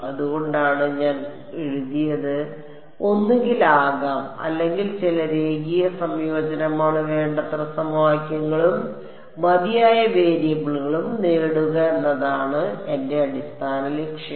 അതുകൊണ്ടാണ് ഞാൻ എഴുതിയത് ഒന്നുകിൽ ആകാം അല്ലെങ്കിൽ ചില രേഖീയ സംയോജനമാണ് വേണ്ടത്ര സമവാക്യങ്ങളും മതിയായ വേരിയബിളുകളും നേടുക എന്നതാണ് എന്റെ അടിസ്ഥാന ലക്ഷ്യം